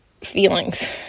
feelings